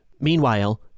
Meanwhile